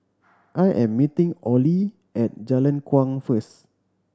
I am meeting Olie at Jalan Kuang first